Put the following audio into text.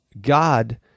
God